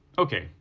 okay,